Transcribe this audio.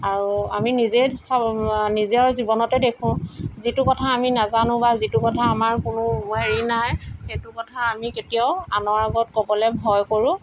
আৰু আমি নিজেই চাব নিজৰ জীৱনতেই দেখোঁ যিটো কথা আমি নাজানো বা যিটো কথা আমাৰ কোনো হেৰি নাই সেইটো কথা আমি কেতিয়াও আনৰ আগত ক'বলৈ ভয় কৰোঁ